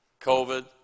COVID